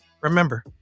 remember